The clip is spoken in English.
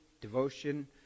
devotion